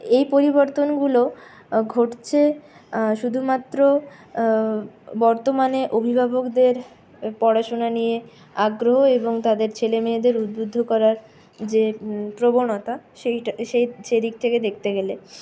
এই পরিবর্তনগুলো ঘটছে শুধুমাত্র বর্তমানে অভিভাবকদের পড়াশুনা নিয়ে আগ্রহ এবং তাদের ছেলেমেয়েদের উদ্বুদ্ধ করার যে প্রবণতা সেইটা সে সেদিক থেকে দেখতে গেলে